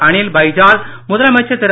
அனில் பைஜால் முதலமைச்சர் திரு